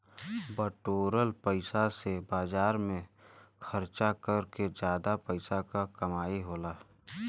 बटोरल पइसा से बाजार में खरचा कर के जादा पइसा क कमाई होला